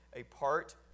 apart